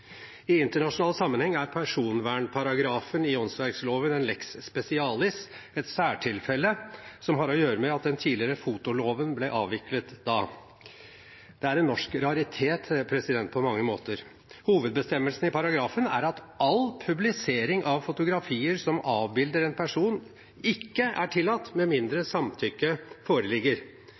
I internasjonal sammenheng er personvernparagrafen i åndsverkloven en lex specialis, et særtilfelle som har å gjøre med at den tidligere fotoloven ble avviklet da. Det er en norsk raritet på mange måter. Hovedbestemmelsen i paragrafen er at all publisering av fotografier som avbilder en person, ikke er tillatt med mindre samtykke foreligger.